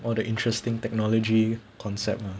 while the interesting technology concept 吗